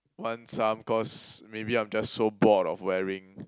want some cause maybe I'm just so bored of wearing